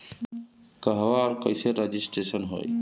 कहवा और कईसे रजिटेशन होई?